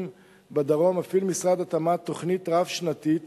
בדרום מפעיל משרד התמ"ת תוכנית רב-שנתית